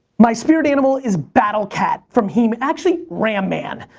my spirit animal is battle cat from heme. actually ram man.